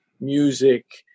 music